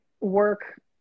work